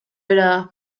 era